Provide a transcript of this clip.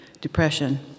depression